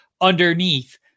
underneath